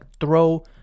throw